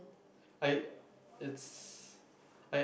I it's